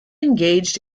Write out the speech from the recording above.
engaged